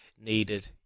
needed